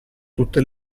tutte